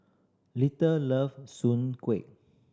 little love Soon Kuih